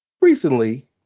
Recently